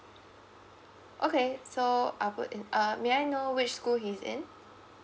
okay so I'll put in uh may I know which school he's in